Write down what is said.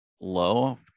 low